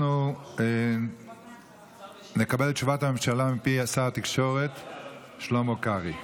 אנחנו נקבל את תשובת הממשלה מפי שר התקשורת שלמה קרעי.